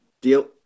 Deal